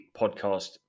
podcast